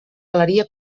galeria